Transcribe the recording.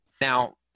Now